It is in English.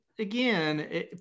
again